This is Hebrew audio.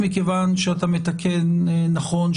מכיוון שאתה מתקן ואומר נכון,